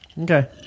Okay